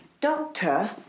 Doctor